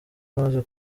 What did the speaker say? maze